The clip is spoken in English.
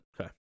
Okay